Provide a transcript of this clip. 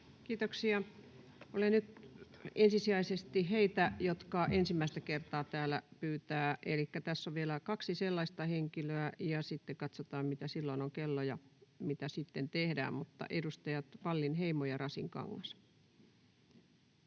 Kiitoksia. — Nyt ensisijaisesti heille, jotka ensimmäistä kertaa täällä pyytävät, elikkä tässä on vielä kaksi sellaista henkilöä, ja sitten katsotaan, mitä silloin on kello ja mitä sitten tehdään. Edustajat Wallinheimo ja Rasinkangas.